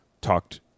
talked